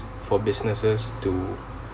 for businesses to